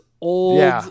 old